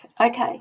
Okay